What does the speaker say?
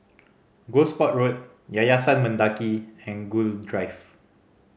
Gosport Road Yayasan Mendaki and Gul Drive